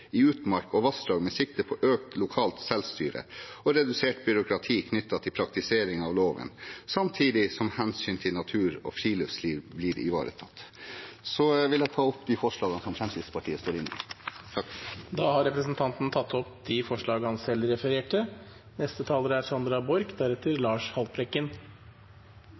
i utmark og vassdrag med sikte på økt lokalt selvstyre og redusert byråkrati knyttet til praktiseringen av loven, samtidig som hensyn til natur og friluftsliv blir ivaretatt.» Jeg vil ta opp de forslagene som Fremskrittspartiet står inne i. Representanten Bengt Rune Strifeldt har tatt opp de forslagene han refererte til. Det er